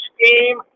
scheme